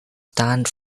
stand